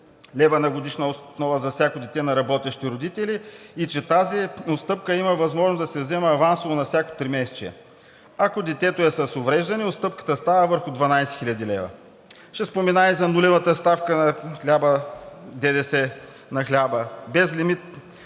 лв. на годишна основа за всяко дете на работещи родители и че тази отстъпка има възможност да се взема авансово на всяко тримесечие. Ако детето е с увреждане, отстъпката става върху 12 хил. лв. Ще спомена и за нулевата ставка на ДДС на хляба, безлимитната